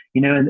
you know, and